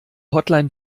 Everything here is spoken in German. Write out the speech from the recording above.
hotline